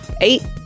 Eight